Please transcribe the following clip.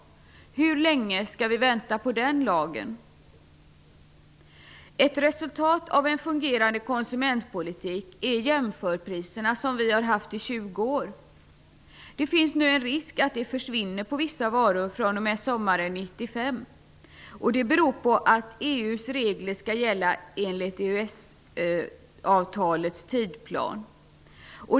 Hur länge skall vi vänta på den lagen? Ett resultat av en fungerande konsumentpolitik är jämförpriserna som vi har haft i 20 år. Det finns nu en risk att de försvinner på vissa varor fr.o.m. sommaren 1995. Det beror på att EU:s regler skall gälla enligt EES-avtalets tidsplan.